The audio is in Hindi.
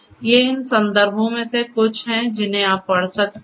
ये इन संदर्भों में से कुछ हैं जिन्हें आप पढ़ सकते हैं